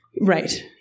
Right